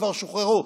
כבר שוחררו.